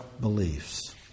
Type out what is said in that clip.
beliefs